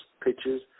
pictures